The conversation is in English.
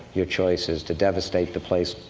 your choice is to devastate the place,